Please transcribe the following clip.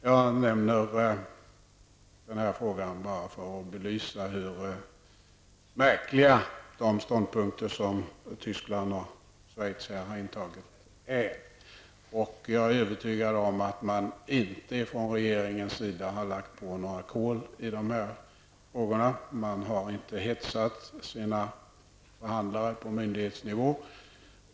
Jag nämner detta bara för att belysa hur märkliga de ståndpunkter är som Tyskland och Schweiz har intagit. Jag är övertygad om att man från regeringens sida inte har lagt på några kol när det gäller de här frågorna. Man har inte hetsat sina förhandlare på myndighetsnivå.